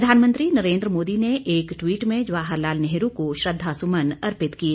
प्रधानमंत्री नरेन्द्र मोदी ने एक ट्वीट में जवाहर लाल नेहरू को श्रद्वासुमन अर्पित किए